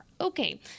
okay